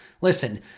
Listen